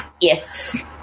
Yes